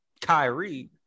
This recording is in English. Kyrie